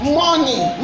money